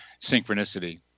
Synchronicity